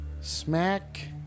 Smack